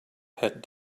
had